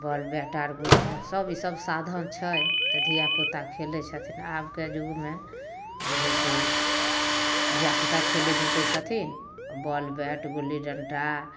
ball bat आर सब इसब साधन छै तऽ धिया पूता खेलै छथिन आबके युगमे जे है से धिया पूता खेलै धूपै छथिन बॉल बैट गुल्ली डंटा